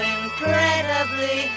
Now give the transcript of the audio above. incredibly